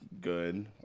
Good